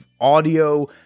audio